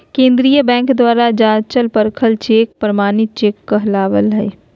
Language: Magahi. केंद्रीय बैंक द्वारा जाँचल परखल चेक प्रमाणित चेक कहला हइ